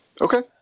Okay